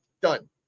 Done